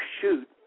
shoot